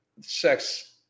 sex